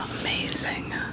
Amazing